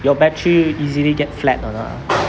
your battery easily get flat or not